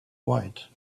white